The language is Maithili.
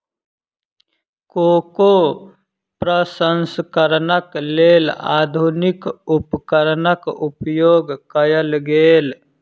कोको प्रसंस्करणक लेल आधुनिक उपकरणक उपयोग कयल गेल